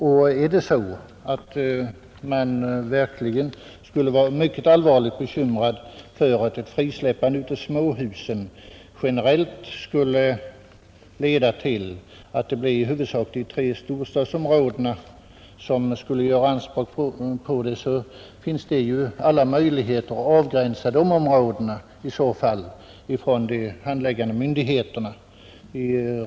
Om man skulle vara allvarligt bekymrad över att ett generellt frisläppande av småhusen skulle leda till att de tre storstadsregionerna huvudsakligen skulle göra anspråk på småhusbyggandet, finns ju alla möjligheter för de handläggande myndigheterna att avgränsa dessa områden.